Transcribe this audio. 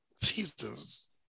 Jesus